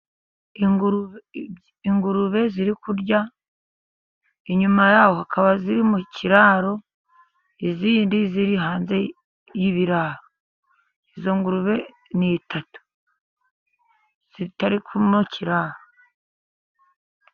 Ingurube ziri kurya inyuma y'aho akaba ziri mu kiraro, izindi ziri hanze y'ibiraro, izo ngurube ni eshatu zitari mu kiraro .